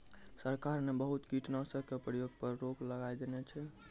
सरकार न बहुत कीटनाशक के प्रयोग पर रोक लगाय देने छै